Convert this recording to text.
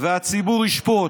והציבור ישפוט.